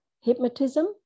hypnotism